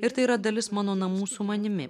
ir tai yra dalis mano namų su manimi